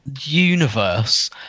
universe